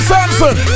Samson